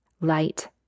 light